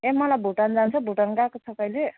ए मलाई भुटान जानु छ भुटान गएको छ कहिले